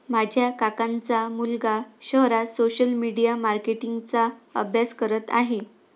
माझ्या काकांचा मुलगा शहरात सोशल मीडिया मार्केटिंग चा अभ्यास करत आहे